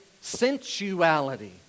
sensuality